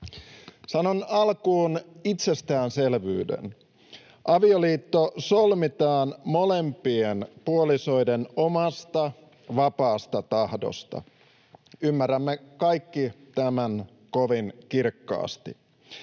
Sanon alkuun itsestäänselvyyden: avioliitto solmitaan molempien puolisoiden omasta vapaasta tahdosta. Ymmärrämme kaikki tämän kovin kirkkaasti.